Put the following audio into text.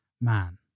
man